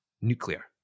nuclear